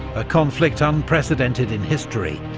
a conflict unprecedented in history,